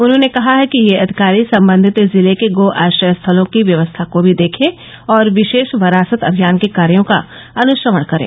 उन्होंने कहा है कि यह अधिकारी सम्बन्धित जिले के गो आश्रय स्थलों की व्यवस्था को भी देखें और विरोष वरासत अभियान के कार्यों का अनुश्रवण करें